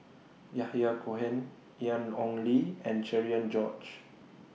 Yahya Cohen Ian Ong Li and Cherian George